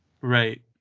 Right